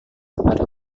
kepada